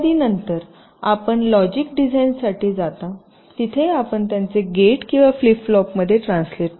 नंतर आपण लॉजिक डिझाइनसाठी जाता तिथे आपण त्यांचे गेट किंवा फ्लिप फ्लॉपमध्ये ट्रान्सलेट कराल